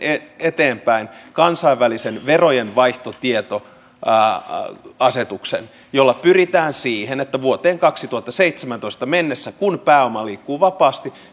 eteenpäin kansainvälisen verojenvaihtotietoasetuksen jolla pyritään siihen että vuoteen kaksituhattaseitsemäntoista mennessä kun pääoma liikkuu vapaasti